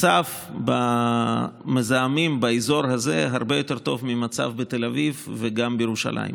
מצב המזהמים באזור זה הרבה יותר טוב מהמצב בתל אביב וגם בירושלים.